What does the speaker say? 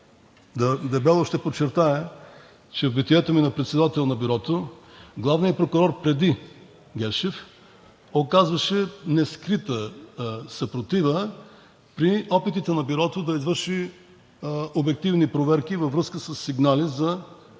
Дебело ще подчертая, че в битието ми на председател на Бюрото главният прокурор преди Гешев оказваше нескрита съпротива при опитите на Бюрото да извърши обективни проверки във връзка със сигнали за